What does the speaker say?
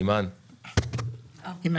קודם כול